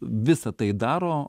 visa tai daro